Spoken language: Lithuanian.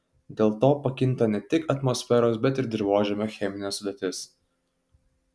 dėl to pakinta ne tik atmosferos bet ir dirvožemio cheminė sudėtis